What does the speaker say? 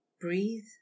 Breathe